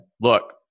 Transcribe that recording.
look